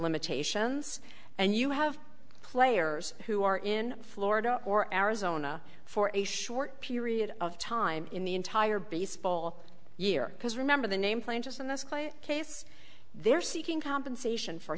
limitations and you have players who are in florida or arizona for a short period of time in the entire baseball year because remember the name plain just in this case they're seeking compensation for